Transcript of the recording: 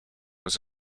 was